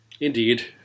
Indeed